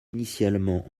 initialement